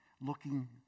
looking